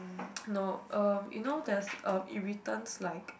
no uh you know uh there's irritants like